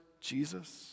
Jesus